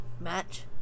Match